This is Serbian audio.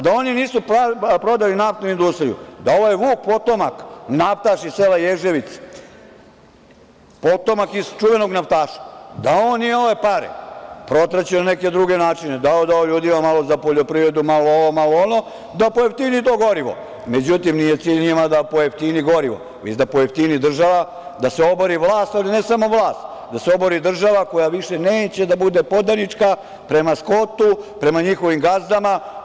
Da oni nisu prodali naftnu industriju, da ovaj Vuk potomak iz sela Ježevice, potomak iz čuvenog naftaša, da on nije ove pare protraćio na neke druge načine, dao ljudima malo za poljoprivredu, malo ovo, malo ono, da pojeftini i to gorivo, međutim, nije njima cilj da pojeftini gorivo već da pojeftini država, da se obori vlast, ne samo vlast nego država koja više neće da bude podanička prema Skotu i njihovim gazdama.